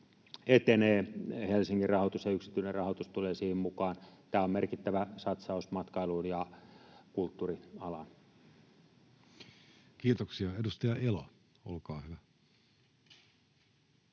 etenee. Helsingin rahoitus ja yksityinen rahoitus tulevat siihen mukaan. Tämä on merkittävä satsaus matkailuun ja kulttuurialaan. [Speech 111] Speaker: